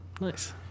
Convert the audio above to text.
Nice